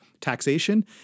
taxation